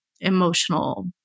emotional